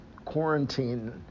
quarantine